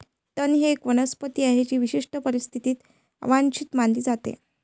तण ही एक वनस्पती आहे जी विशिष्ट परिस्थितीत अवांछित मानली जाते